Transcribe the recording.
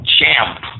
Champ